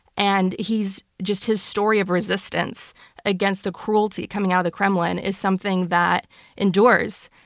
and he's, just his story of resistance against the cruelty coming out of the kremlin is something that endures.